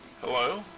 Hello